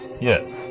yes